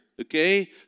Okay